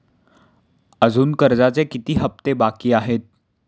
अजुन कर्जाचे किती हप्ते बाकी आहेत?